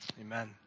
Amen